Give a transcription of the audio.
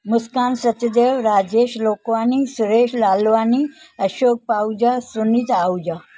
Muskan Sachdev Rajesh Lokwani Suresh Lalwani Ashok Pahuja Suneet Ahuja